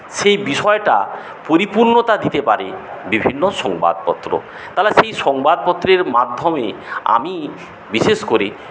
সেই বিষয়টা পরিপূর্ণতা দিতে পারে বিভিন্ন সংবাদপত্র তাহলে সেই সংবাদপত্রের মাধ্যমে আমি বিশেষ করে